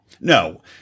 No